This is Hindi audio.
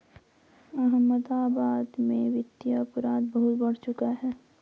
अहमदाबाद में वित्तीय अपराध बहुत बढ़ चुका है